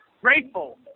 grateful